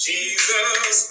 Jesus